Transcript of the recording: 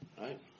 Right